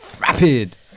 Rapid